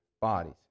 bodies